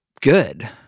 good